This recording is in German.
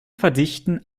verdichten